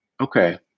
Okay